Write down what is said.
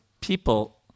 people